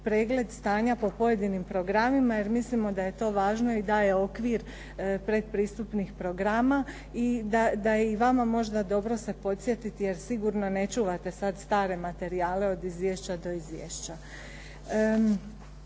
pregled stanja po pojedinim programima, jer mislimo da je to važno i daje okvir pretpristupnih programa i da i vama možda dobro se podsjetiti jer sigurno ne čuvate sad stare materijale od izvješća do izvješća.